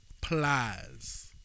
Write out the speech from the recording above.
Plies